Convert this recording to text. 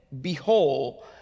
Behold